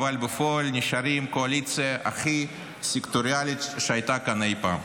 אבל בפועל נשארים קואליציה הכי סקטוריאלית שהייתה כאן אי פעם.